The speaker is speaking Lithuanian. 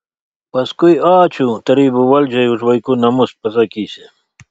paskui ačiū tarybų valdžiai už vaikų namus pasakysi